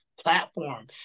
platform